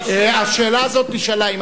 השאלה הזאת נשאלה.